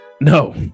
No